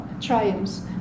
triumphs